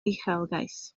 uchelgais